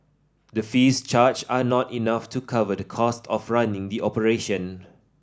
the fees charged are not enough to cover the cost of running the operation